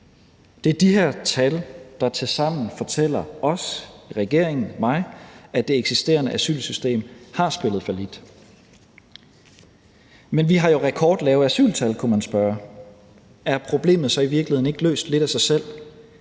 Det er de her tal, der tilsammen fortæller os i regeringen og mig, at det eksisterende asylsystem har spillet fallit. Men vi har jo rekordlave asyltal, kunne man sige. Er problemet så i virkeligheden ikke løst lidt af sig selv?